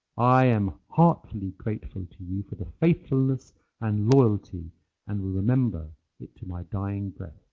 i am heartily grateful to you for the faithfulness and loyalty and will remember it to my dying breath.